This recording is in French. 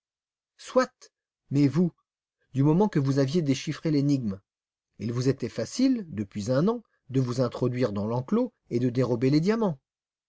soit mais vous du moment que vous aviez déchiffré l'énigme il vous était facile depuis un an de vous introduire dans l'enclos et de dérober les diamants